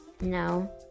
No